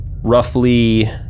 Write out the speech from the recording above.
roughly